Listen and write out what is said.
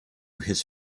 his